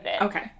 Okay